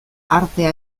artea